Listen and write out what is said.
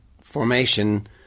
formation